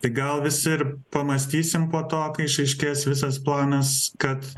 tai gal visi ir pamąstysim po to kai išaiškės visas planas kad